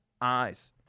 eyes